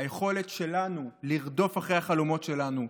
היכולת שלנו לרדוף אחרי החלומות שלנו,